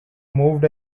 moved